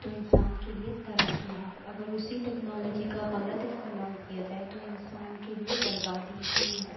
تو انسان کے لئے ترقی ہے اگر اسی ٹیکنالوجی کا غلط استعمال کیا جائے تو انسان کے لئے بربادی بھی ہے